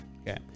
Okay